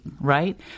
right